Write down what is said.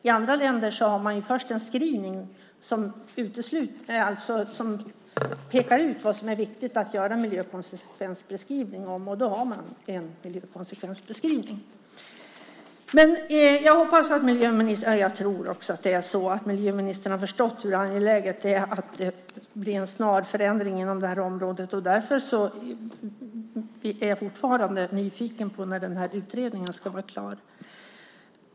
I andra länder har man först en screening som pekar ut vad som är viktigt att göra miljökonsekvensbeskrivning om, och då har man en miljökonsekvensbeskrivning. Jag hoppas och tror att miljöministern har förstått hur angeläget det är att det blir en snar förändring inom det här området, och därför är jag fortfarande nyfiken på när den här utredningen ska vara klar.